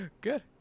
Good